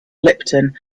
lipton